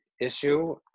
issue